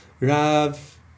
Rav